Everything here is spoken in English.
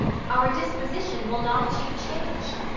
our disposition will not achieve change.